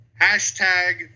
Hashtag